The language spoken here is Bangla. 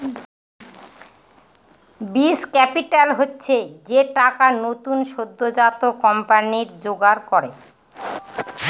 বীজ ক্যাপিটাল হচ্ছে যে টাকা নতুন সদ্যোজাত কোম্পানি জোগাড় করে